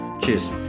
Cheers